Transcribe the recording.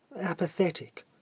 apathetic